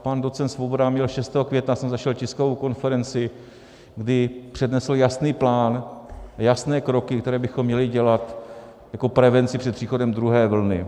Pan docent Svoboda měl 6. května, jsem našel, tiskovou konferenci, kdy přednesl jasný plán a jasné kroky, které bychom měli dělat jako prevenci před příchodem druhé vlny.